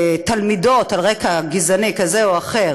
תלמידות על רקע גזעני כזה או אחר